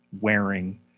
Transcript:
wearing